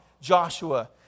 Joshua